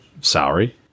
salary